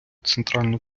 центральну